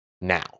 Now